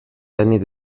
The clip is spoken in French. d’années